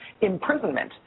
imprisonment